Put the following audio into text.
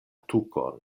tukon